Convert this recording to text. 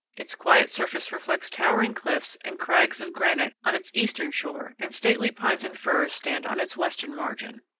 its quiet surface reflects towering cliffs and crags of granite on its eastern shore, and stately pines and firs stand on its western margin.